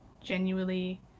genuinely